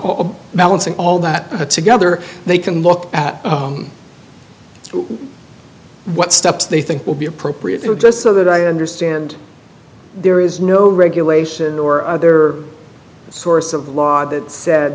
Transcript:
of balancing all that together they can look at what steps they think will be appropriate here just so that i understand there is no regulation or other source of law that said